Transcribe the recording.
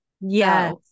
Yes